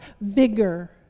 vigor